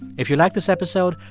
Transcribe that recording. if you like this episode,